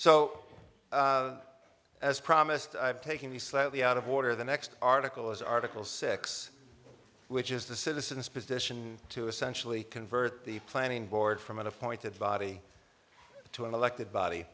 o as promised i've taken the slightly out of order the next article is article six which is the citizens position to essentially convert the planning board from an appointed body to an elected body